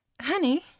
honey